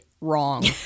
wrong